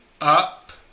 up